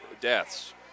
deaths